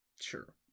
sure